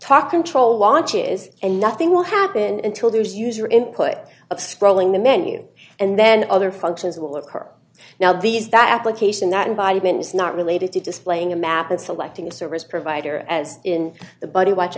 talk intro launches and nothing will happen until there's user input scrolling the menu and then other functions will occur now these that application that environment is not related to displaying a map and selecting a service provider as in the buddy watch